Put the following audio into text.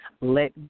let